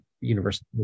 University